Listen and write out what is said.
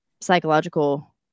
psychological